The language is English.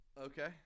Okay